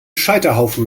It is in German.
scheiterhaufen